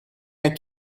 ein